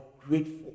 grateful